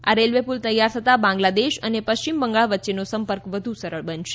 આ રેલવે પુલ તૈયાર થતા બાંગ્લાદેશ અને પસ્ચિમ બંગાળ વચ્ચેનો સંપર્ક વધુ સરળ બનશે